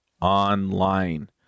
online